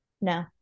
No